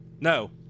No